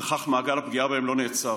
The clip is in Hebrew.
וכך מעגל הפגיעה בהן לא נעצר.